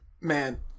man